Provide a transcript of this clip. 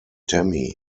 tammy